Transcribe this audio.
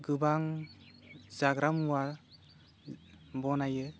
गोबां जाग्रा मुवा बनायो